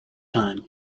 time